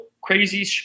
crazy –